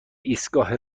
ایستگاه